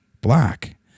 black